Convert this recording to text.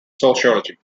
sociology